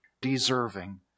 deserving